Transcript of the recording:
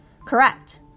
Correct